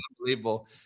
unbelievable